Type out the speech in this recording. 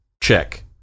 Check